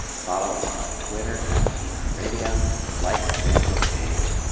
follow us on twitter, at sceneonradio, like our facebook page.